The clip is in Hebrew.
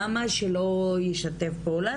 למה שלא ישתף פעולה?